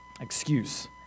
excuse